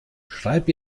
schreib